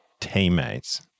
teammates